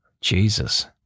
Jesus